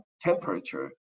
temperature